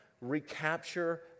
Recapture